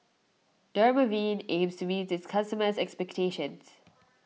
Dermaveen aims to meet its customers' expectations